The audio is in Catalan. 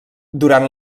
durant